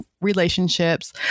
relationships